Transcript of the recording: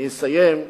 אני אסיים: